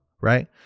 Right